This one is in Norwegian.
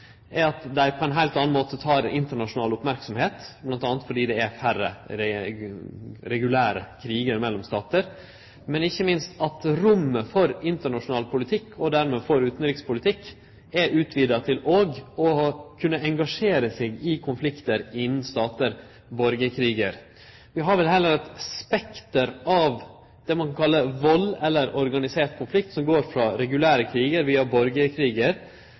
er at dei på ein heilt annan måte tek internasjonal merksemd, bl.a. fordi det er færre regulære krigar mellom statar, men ikkje minst fordi rommet for internasjonal politikk og dermed for utanrikspolitikk er utvida til òg å kunne engasjere seg i konfliktar innan statar – borgarkrigar. Vi har vel heller eit spekter av det ein kan kalle vald eller organisert konflikt som går frå regulære krigar via